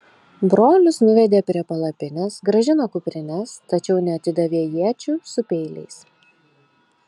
brolius nuvedė prie palapinės grąžino kuprines tačiau neatidavė iečių su peiliais